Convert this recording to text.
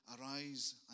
Arise